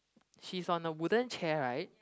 she's on a wooden chair right